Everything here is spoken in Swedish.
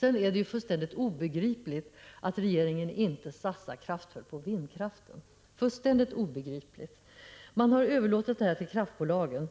Det är fullständigt obegripligt att regeringen inte satsar kraftfullt på vindkraften — fullständigt obegripligt! Man har överlåtit det här till kraftbolagen.